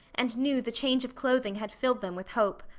and knew the change of clothing had filled them with hope.